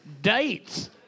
Dates